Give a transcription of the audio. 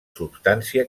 substància